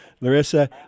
larissa